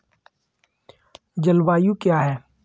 जलवायु क्या है?